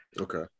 Okay